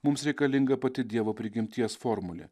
mums reikalinga pati dievo prigimties formulė